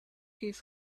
his